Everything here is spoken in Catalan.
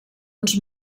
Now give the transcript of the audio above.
uns